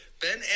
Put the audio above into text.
Ben